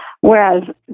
Whereas